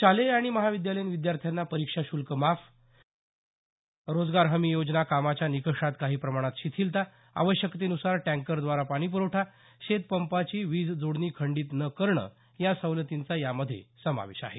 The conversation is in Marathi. शालेय आणि महाविद्यालयीन विद्यार्थ्यांना परीक्षा शुल्क माफ रोजगार हमी योजना कामाच्या निकषात काही प्रमाणात शिथिलता आवश्यकतेनुसार टँकरद्वारा पाणीप्रवठा शेत पंपाची वीज जोडणी खंडीत न करणे या सवलतींचा यामध्ये समावेश आहे